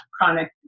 chronic